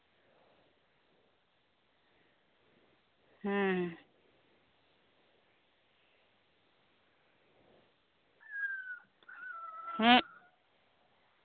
ᱦᱩᱸ